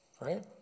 right